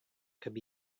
could